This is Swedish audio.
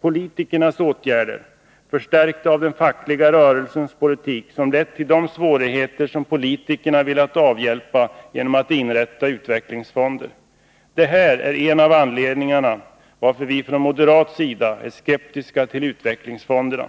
politikernas åtgärder, förstärkta av den fackliga rörelsens politik, som lett till de svårigheter som politikerna velat avhjälpa genom att inrätta utvecklingsfonder. Det är en av anledningarna till att vi från moderat sida är skeptiska till utvecklingsfonderna.